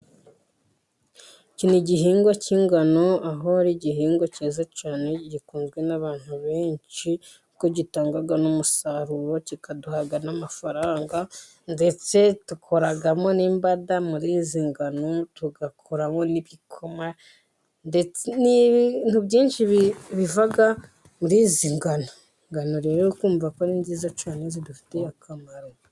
Iki ni igihingwa cy'ingano aho ari igihingwa cyiza cyane gikunzwe n'abantu benshi kuko gitanga n'umusaruro kikaduha n'amafaranga ndetse dukoramo n'imbada muri izi ngano. Tugakoramo n'ibikoma ndetse n'ibintu byinshi biva muri izi ngano, ingano rero uri kumva ko ari nziza cyane zidufitiye akamaro.